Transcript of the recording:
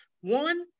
One